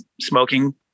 smoking